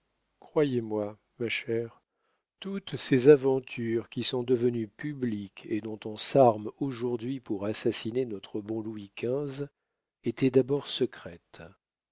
croyez-moi ma chère toutes ces aventures qui sont devenues publiques et dont on s'arme aujourd'hui pour assassiner notre bon louis xv étaient d'abord secrètes